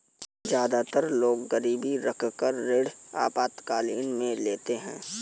ज्यादातर लोग गिरवी रखकर ऋण आपातकालीन में लेते है